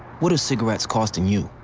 what are cigarettes costing you?